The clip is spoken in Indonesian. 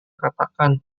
katakan